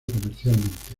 comercialmente